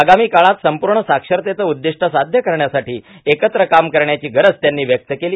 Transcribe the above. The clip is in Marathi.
आगामी काळात संपूर्ण साक्षरतेचं उद्दिष्ट साध्य करण्यासाठी एकत्र काम करण्याची गरज त्यांनी व्यक्त केली